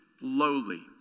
lowly